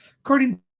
According